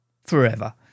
forever